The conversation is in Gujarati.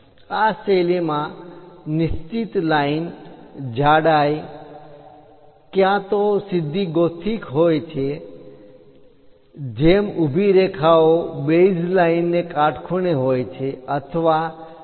આ શૈલીમાં નિશ્ચિત લાઇન જાડાઈ ક્યાં તો સીધી ગોથિક હોય છે જેમ ઊભી રેખાઓ બેઝલાઇન ને કાટખૂણે હોય છે અથવા ઇન્ક્લાઈન્ડ ગોથિક હોય છે